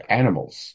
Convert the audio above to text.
animals